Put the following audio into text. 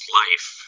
life